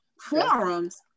forums